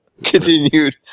continued